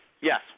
yes